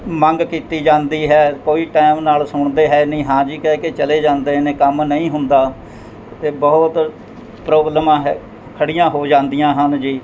ਮੰਗ ਕੀਤੀ ਜਾਂਦੀ ਹੈ ਕੋਈ ਟੈਮ ਨਾਲ ਸੁਣਦੇ ਹੈ ਨਹੀਂ ਹਾਂਜੀ ਕਹਿ ਕੇ ਚਲੇ ਜਾਂਦੇ ਨੇ ਕੰਮ ਨਹੀਂ ਹੁੰਦਾ ਅਤੇ ਬਹੁਤ ਪ੍ਰੋਬਲਮਾਂ ਹੈ ਖੜ੍ਹੀਆਂ ਹੋ ਜਾਂਦੀਆਂ ਹਨ ਜੀ